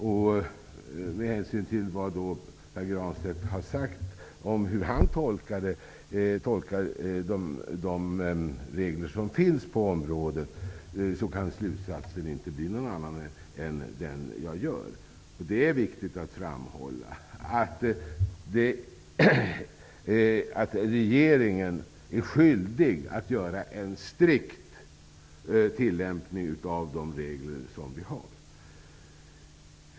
Med hänsyn till vad Pär Granstedt har sagt om hur han tolkar de regler som finns på området kan slutsatsen inte bli annan än den jag drar. Det är viktigt att framhålla att regeringen är skyldig att göra en strikt tillämpning av de regler vi har.